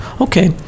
Okay